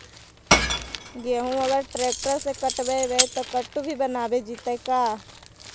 गेहूं अगर ट्रैक्टर से कटबइबै तब कटु भी बनाबे जितै का?